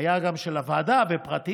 היו גם של הוועדה ופרטיים.